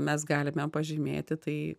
mes galime pažymėti tai